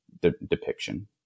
depiction